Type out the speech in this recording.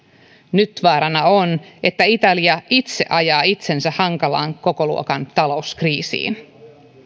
nyt vaarana on että italia itse ajaa itsensä hankalan kokoluokan talouskriisiin